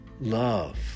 love